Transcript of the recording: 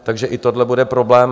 Takže i tohle bude problém.